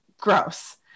gross